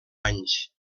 anys